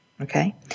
Okay